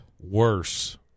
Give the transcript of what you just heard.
Worse